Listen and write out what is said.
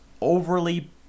overly